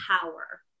power